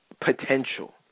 potential